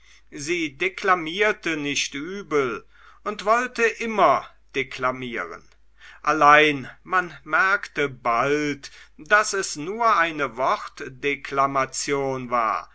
sie deklamierte nicht übel und wollte immer deklamieren allein man merkte bald daß es nur eine wortdeklamation war